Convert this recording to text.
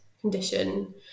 condition